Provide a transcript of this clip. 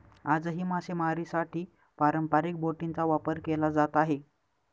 आजही मासेमारीसाठी पारंपरिक बोटींचा वापर केला जात आहे